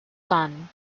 son